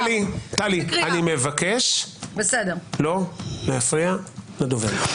טלי, טלי, אני מבקש לא להפריע לדובר.